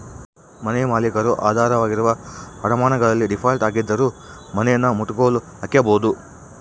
ಮನೆಮಾಲೀಕರು ಆಧಾರವಾಗಿರುವ ಅಡಮಾನಗಳಲ್ಲಿ ಡೀಫಾಲ್ಟ್ ಆಗಿದ್ದರೂ ಮನೆನಮುಟ್ಟುಗೋಲು ಹಾಕ್ಕೆಂಬೋದು